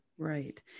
Right